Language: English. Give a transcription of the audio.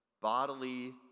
bodily